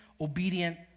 obedient